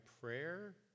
prayer